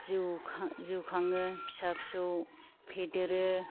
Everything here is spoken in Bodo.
जिउ खाङो फिसा फिसौ फेदेरो